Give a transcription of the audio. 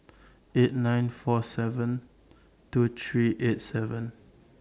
eight nine four seven two three eight seven